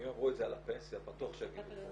אם אמרו את זה על הפנסיה בטוח שיגידו פה.